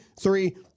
three